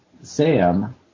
Sam